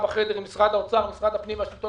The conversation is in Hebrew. משרד התחבורה, מה עם ההפרטה